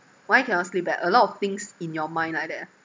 why cannot sleep back a lot of things in your mind like that ah